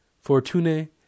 fortune